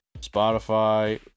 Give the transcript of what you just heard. Spotify